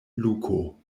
luko